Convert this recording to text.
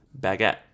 baguette